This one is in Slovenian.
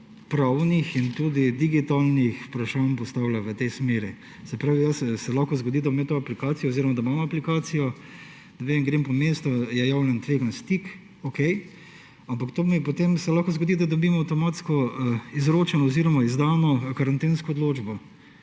pravnih in tudi digitalnih vprašanj postavlja v tej smeri. Se pravi, se lahko zgodi, da bom imel to aplikacijo oziroma da imam aplikacijo, grem po mestu, je javni tvegan stik, okej; ampak to se potem lahko zgodi, da dobim avtomatsko izročeno oziroma izdano karantensko odločbo.